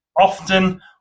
often